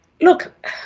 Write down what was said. look